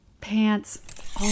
Pants